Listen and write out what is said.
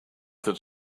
that